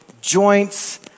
joints